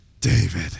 David